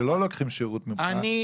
-- שלא לוקחים שירות ממך,